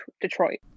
Detroit